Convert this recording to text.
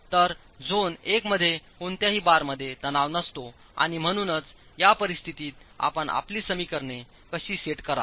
तर झोन एक मध्ये कोणत्याही बारमध्ये तणाव नसतो आणि म्हणूनच या परिस्थितीत आपण आपली समीकरणे कशी सेट कराल